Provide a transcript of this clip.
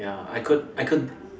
ya I could I could